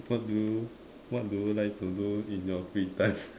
what do what do you like to do in your free time